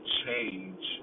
change